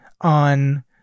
on